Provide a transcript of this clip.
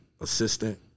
assistant